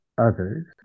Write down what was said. others